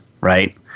right